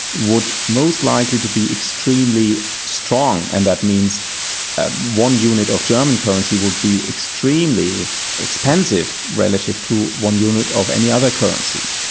would most likely to be extremely strong, and that means ah one unit of german currency would be extremely expensive relative to one unit of any other currency.